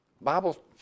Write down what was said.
Bible